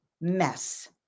mess